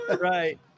Right